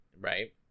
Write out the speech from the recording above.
Right